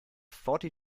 forty